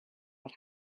what